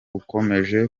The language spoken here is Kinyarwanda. ukomeje